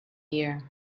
year